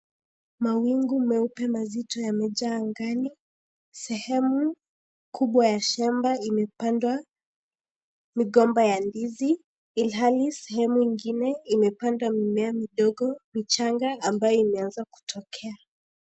Mawingu meupe mazito yamejaa angani. Sehemu kubwa ya shamba imepandwa migomba ya ndizi, ilhali sehemu ingine imepandwa mimea midogo michanga ambayo imeanza kutokea.